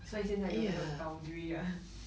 所以现在有那个 boundary ah